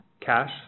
cash